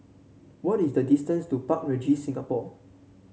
what is the distance to Park Regis Singapore